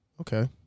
Okay